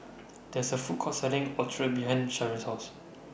There IS A Food Court Selling Ochazuke behind Sharyn's House